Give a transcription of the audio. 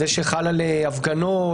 זה שחל על הפגנות,